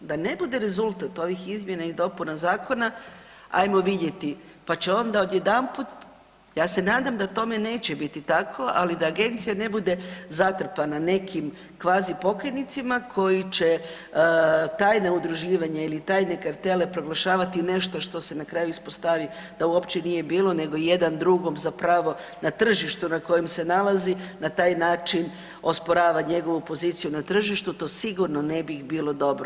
Da ne bude rezultat ovih izmjena i dopuna zakona, ajmo vidjeti, pa će onda odjedanput, ja se nadam da tome neće biti tako, ali da agencija ne bude zatrpana nekim kvazi pokajnicima koji će tajno udruživanje ili tajne kartele proglašavati nešto što se na kraju ispostavi da uopće nije bilo nego jedan drugom zapravo na tržištu na kojem se nalazi na taj način osporava njegovu poziciju na tržištu, to sigurno ne bi bilo dobro.